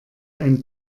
ein